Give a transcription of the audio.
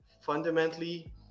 fundamentally